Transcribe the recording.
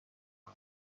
است